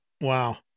Wow